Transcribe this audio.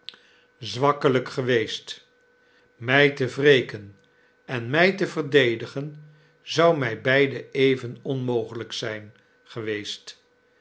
zwakkelijk geweest mij te wreken en mij te verdedigen zou mij beide even onmogelijk zijn geweest